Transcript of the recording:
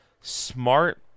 smart